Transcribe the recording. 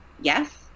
yes